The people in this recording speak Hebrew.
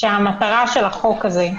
העמדה המשפטית שלנו היא שזה בלתי אפשרי בשלב הזה.